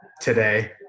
today